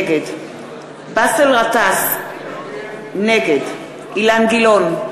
נגד באסל גטאס, נגד אילן גילאון,